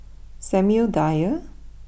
Samuel Dyer